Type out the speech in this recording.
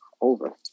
over